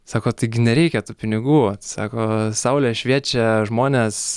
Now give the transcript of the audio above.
sako taigi nereikia tų pinigų sako saulė šviečia žmonės